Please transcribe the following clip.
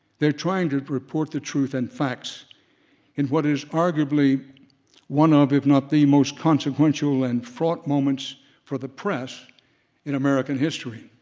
they're trying to report the truth and facts in what is arguably one of if not the most consequential and fraught moments for the press in american history.